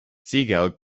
siegel